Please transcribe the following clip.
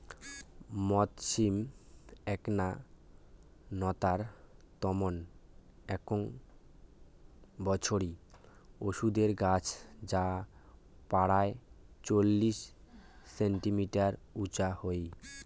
মথ সিম এ্যাকনা নতার মতন এ্যাক বছরি ওষুধের গছ যা পরায় চল্লিশ সেন্টিমিটার উচা হই